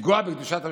לפגוע בקדושת המשפחה?